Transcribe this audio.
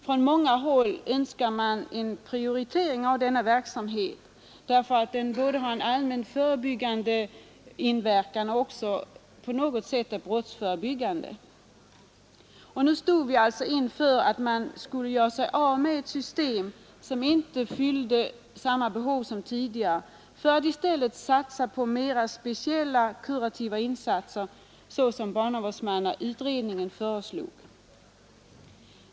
Från många håll önskar man en prioritering av denna verksamhet därför att den både har en allmänt förebyggande inverkan och på något sätt även är brottsförebyggande. Nu stod vi inför möjligheten att göra oss av med ett system som inte fyllde samma behov som tidigare, för att i stället satsa på de mera speciellt kurativa insatser såsom barnavårdsmannautredningen föreslog.